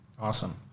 awesome